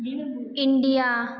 India